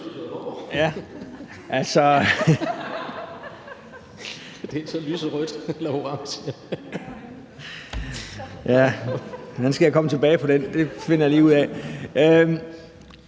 hvordan skal jeg komme tilbage fra den? Det finder jeg lige ud af.